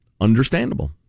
understandable